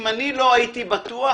אם אני לא הייתי בטוח,